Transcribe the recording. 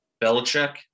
Belichick